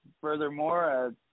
furthermore